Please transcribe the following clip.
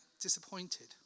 disappointed